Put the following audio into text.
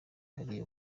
hari